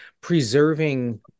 preserving